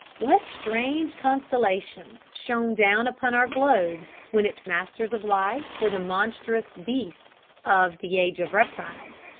what strange constellations shone down upon our globe when its masters of life were the monstrous beasts of the age of reptiles'?